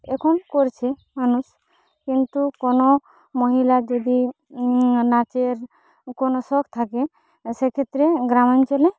এখন করছে মানুষ কিন্তু কোন মহিলা যদি নাচের কোন শখ থাকে সেক্ষেত্রে গ্রামাঞ্চলে